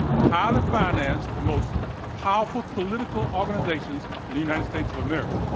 highly financed, the most powerful political organizations in the united states of america.